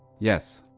yes,